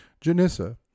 Janissa